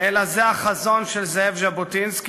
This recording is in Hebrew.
אלא זה החזון של זאב ז'בוטינסקי,